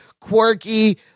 quirky